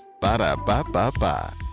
Ba-da-ba-ba-ba